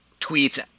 tweets